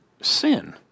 sin